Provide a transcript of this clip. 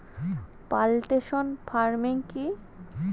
Plantation farming কি?